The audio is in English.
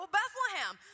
Bethlehem